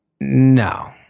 No